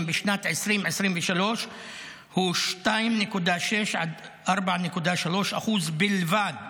בשנת 2023 הוא 2.6% 4.3% בלבד.